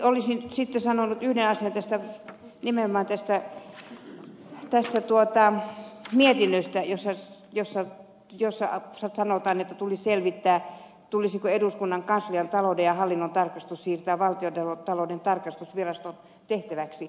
minä olisin sitten sanonut yhden asian nimenomaan tästä mietinnöstä jossa sanotaan että tulee selvittää tulisiko eduskunnan kanslian talouden ja hallinnon tarkastus siirtää valtiontalouden tarkastusviraston tehtäväksi